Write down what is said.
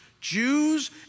Jews